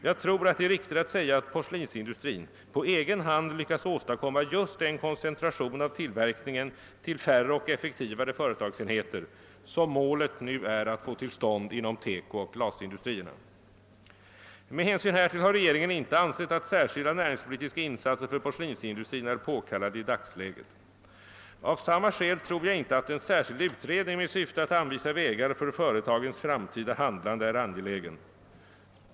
Jag tror att det är riktigt att säga att porslinsindustrin på egen hand lyckats åstadkomma just den koncentration av tillverkningen till färre och effektivare företagsenheter som målet nu är att få till stånd inom TEKO och glasindustrierna. Med hänsyn härtill har regeringen inte ansett att särskilda näringspolitiska insatser för porslinsindustrin är påkallade i dagsläget. Av samma skäl tror jag inte att en särskild utredning med syfte att anvisa vägar för företagens framtida handlande är angelägen.